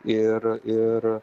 ir ir